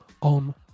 on